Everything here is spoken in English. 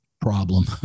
problem